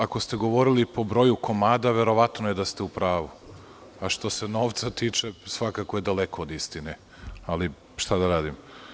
Ako ste govorili po broju komada, verovatno je da ste u pravu, a što se novca tiče svakako je daleko od istine, ali šta da radimo.